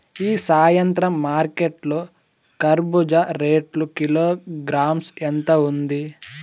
ఈ సాయంత్రం మార్కెట్ లో కర్బూజ రేటు కిలోగ్రామ్స్ ఎంత ఉంది?